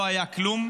לא היה כלום.